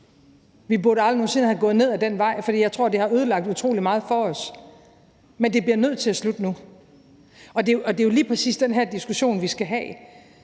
Vi burde aldrig nogen sinde være gået ned ad den vej, for jeg tror, det har ødelagt utrolig meget for os. Men det bliver nødt til at slutte nu. Det er jo lige præcis den her diskussion, vi skal have.